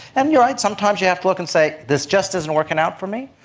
and you're right, sometimes you have to look and say this just isn't working out for me,